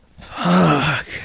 Fuck